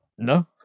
no